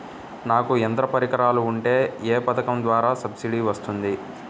నాకు యంత్ర పరికరాలు ఉంటే ఏ పథకం ద్వారా సబ్సిడీ వస్తుంది?